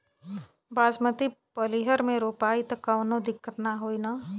बासमती पलिहर में रोपाई त कवनो दिक्कत ना होई न?